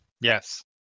Yes